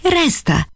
resta